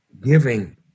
giving